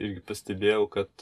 irgi pastebėjau kad